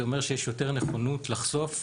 זה אומר שיש יותר נכונות לחשוף.